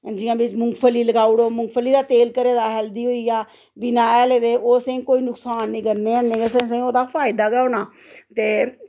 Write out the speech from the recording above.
जियां बिच्च मुंगफली लगाई उड़ो मुंगफली दा तेल घरा दा हेल्थी होई गेआ बिना हैले दे ओह् असेंगी कोई नकसान नेईं होंदा ओह्दा अहें फायदा गै होना ते